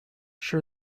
sure